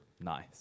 Nice